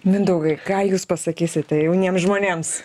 mindaugai ką jūs pasakysite jauniem žmonėms